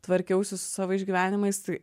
tvarkiausi su savo išgyvenimais tai